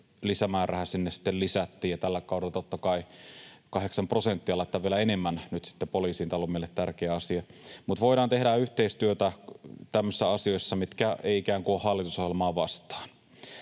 lisämääräraha sinne lisättiin, ja tällä kaudella, totta kai, 8 prosenttia laitetaan vielä enemmän poliisiin — tämä on meille tärkeä asia. Mutta voidaan tehdä yhteistyötä tämmöisissä asioissa, mitkä eivät ikään kuin ole hallitusohjelmaa vastaan.